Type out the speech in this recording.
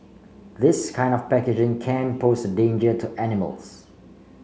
this kind of packaging can pose a danger to animals